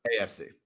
AFC